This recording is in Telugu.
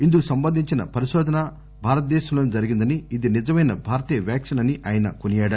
ఇందుకు సంబంధించిన పరిశోధన భారతదేశంలోనే జరిగిందని ఇది నిజమైన భారతీయ వాక్సిన్ అని ఆయన అన్నారు